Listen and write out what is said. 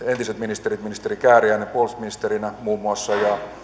entiset ministerit edustaja kääriäinen puolustusministerinä muun muassa